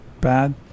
bad